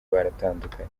baratandukanye